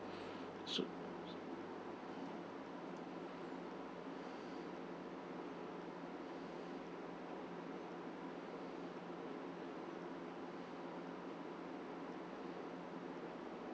so